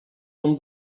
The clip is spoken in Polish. tom